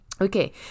Okay